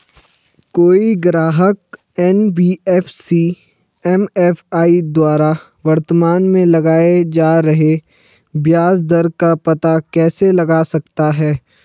कोई ग्राहक NBFC MFI द्वारा वर्तमान में लगाए जा रहे ब्याज दर का पता कैसे लगा सकता है?